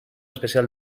especial